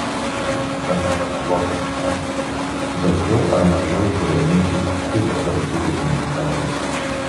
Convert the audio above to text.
šiuo fenomenologiniu metodu daugiau ar mažiau kuriami ir kiti literatūriniai veikalai